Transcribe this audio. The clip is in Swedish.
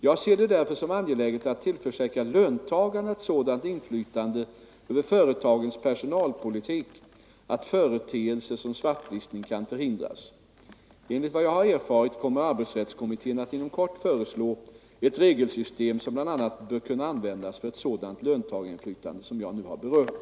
Jag ser det därför som angeläget att tillförsäkra löntagarna ett sådant inflytande över företagens personalpolitik, att företeelser som svartlistning kan förhindras. Enligt vad jag har erfarit kommer arbetsrättskommittén att inom kort föreslå ett regelsystem som bl.a. bör kunna användas för ett sådant löntagarinflytande som jag nu har berört.